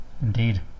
Indeed